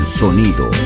sonido